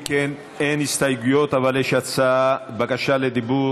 אם כן, אין הסתייגויות, אבל יש בקשת רשות דיבור.